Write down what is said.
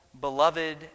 beloved